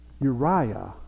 Uriah